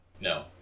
No